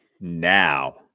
now